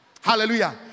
Hallelujah